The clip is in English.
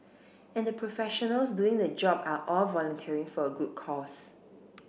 and the professionals doing the job are all volunteering for a good cause